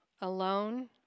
alone